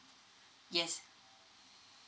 yes